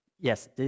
Yes